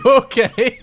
okay